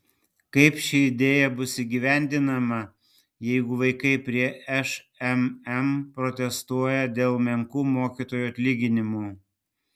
kaip ši idėja bus įgyvendinama jeigu vaikai prie šmm protestuoja dėl menkų mokytojų atlyginimų